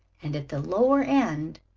and at the lower end,